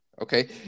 Okay